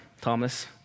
Thomas